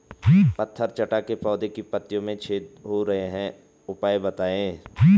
पत्थर चट्टा के पौधें की पत्तियों में छेद हो रहे हैं उपाय बताएं?